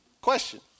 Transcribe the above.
Question